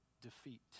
defeat